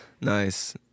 Nice